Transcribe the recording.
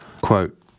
Quote